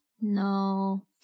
No